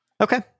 Okay